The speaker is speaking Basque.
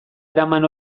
eraman